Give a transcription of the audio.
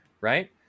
Right